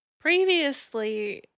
previously